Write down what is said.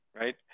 right